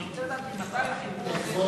אני רוצה לדעת ממתי החיבור הזה,